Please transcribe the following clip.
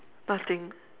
nothing